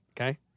Okay